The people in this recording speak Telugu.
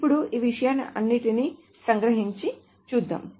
ఇప్పుడు ఈ విషయాలన్నిటినీ సంగ్రహించి చూద్దాం